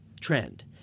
trend